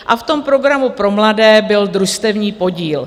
A v tom programu pro mladé byl družstevní podíl.